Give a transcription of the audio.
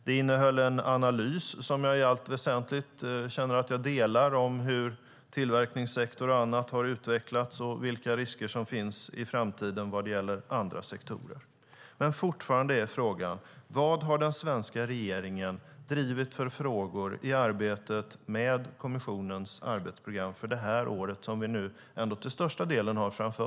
Det innehöll en analys som jag i allt väsentligt delar av hur tillverkningssektor och annat har utvecklats och vilka risker som finns i framtiden vad gäller andra sektorer. Fortfarande är dock frågan: Vad har den svenska regeringen drivit för frågor när det gäller kommissionens arbetsprogram för det här året som vi till största delen har framför oss?